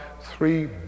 three